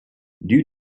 due